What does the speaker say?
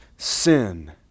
sin